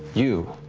you